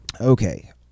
Okay